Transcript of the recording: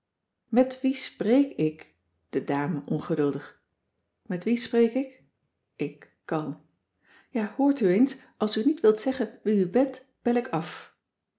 met wie spreek ik de dame ongeduldig met wie spreek ik ik kalm ja hoort u eens als u niet wilt zeggen wie u bent bel ik af